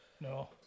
No